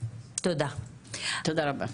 תודה רבה.